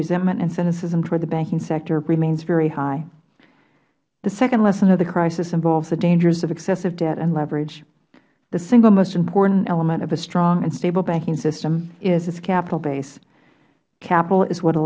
resentment and cynicism toward the banking sector remains very high the second lesson of the crisis involves the dangers of excessive debt and leverage the single most important element of a strong and stable banking system is its capital base capital is what a